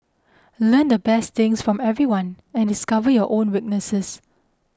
learn the best things from everyone and discover your own weaknesses